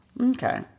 Okay